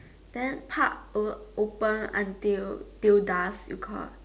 then park o~ open until till dusk you got